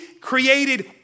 created